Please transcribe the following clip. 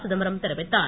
சிதம்பரம் தெரிவித்தார்